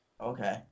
Okay